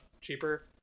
cheaper